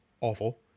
awful